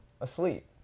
asleep